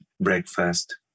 breakfast